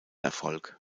erfolg